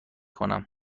کنم